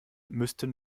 müssten